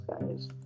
guys